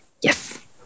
Yes